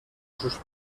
sus